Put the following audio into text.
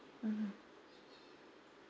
mmhmm